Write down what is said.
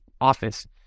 office